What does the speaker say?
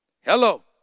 Hello